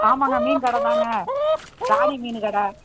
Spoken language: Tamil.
ஆமாம்ங்க மீன்காரம்மாங்க ராணி மீனுக்கடை